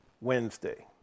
Wednesday